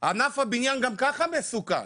ענף הבניין גם ככה מסוכן,